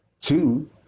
Two